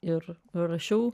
ir rašiau